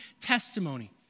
testimony